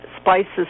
spices